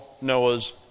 Noah's